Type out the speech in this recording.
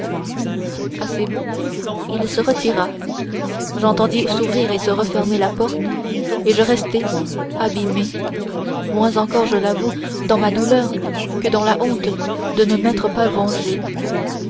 à ces mots il se retira j'entendis s'ouvrir et se refermer la porte et je restai abîmée moins encore je l'avoue dans ma douleur que dans la honte de ne m'être pas vengée